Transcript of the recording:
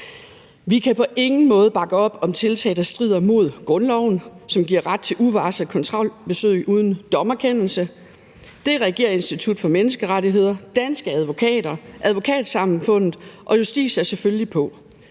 Vi kan på ingen måde bakke op om tiltag, der strider mod grundloven, som giver ret til uvarslede kontrolbesøg uden dommerkendelse; det reagerer Institut for Menneskerettigheder, Danske Advokater, Advokatsamfundet og Justitia selvfølgelig på